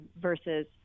versus